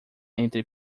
entre